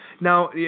now